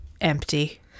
empty